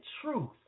truth